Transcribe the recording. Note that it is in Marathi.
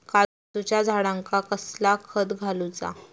काजूच्या झाडांका कसला खत घालूचा?